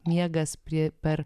miegas prie per